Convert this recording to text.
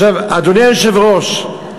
אדוני היושב-ראש,